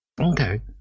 Okay